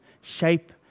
shape